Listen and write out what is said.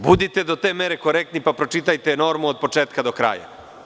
Budite do te mere korektni, pa pročitajte normu od početka do kraja.